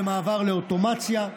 במעבר לאוטומציה,